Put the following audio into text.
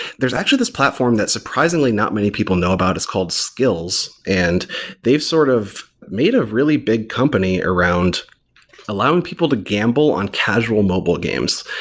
there's actually this platform that surprisingly not many people know about, it's called skills, and they've sort of made a really big company around allowing people to gamble on casual mobile games.